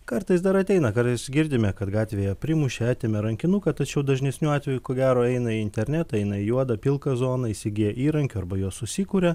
kartais dar ateina kartais girdime kad gatvėje primušė atėmė rankinuką tačiau dažnesniu atveju ko gero eina į internetą eina į juodą pilką zoną įsigiję įrankių arba juos susikuria